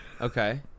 Okay